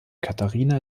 katharina